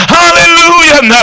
hallelujah